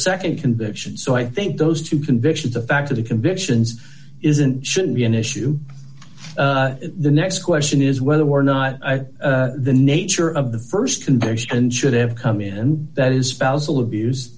a nd conviction so i think those two convictions the fact of the convictions isn't shouldn't be an issue the next question is whether or not the nature of the st conviction and should have come in that is spousal abuse